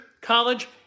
college